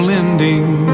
ending